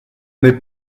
n’est